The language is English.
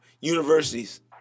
universities